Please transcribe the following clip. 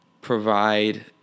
provide